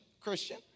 Christian